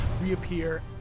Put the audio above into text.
reappear